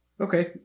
Okay